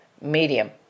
Medium